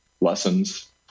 lessons